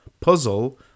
puzzle